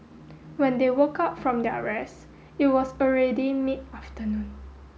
when they woke up from their rest it was already mid afternoon